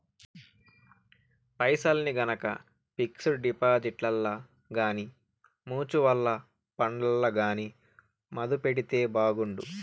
పైసల్ని గనక పిక్సుడు డిపాజిట్లల్ల గానీ, మూచువల్లు ఫండ్లల్ల గానీ మదుపెడితే బాగుండు